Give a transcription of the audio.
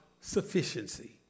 sufficiency